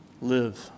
live